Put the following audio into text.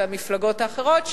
ולמפלגות האחרות,